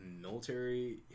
military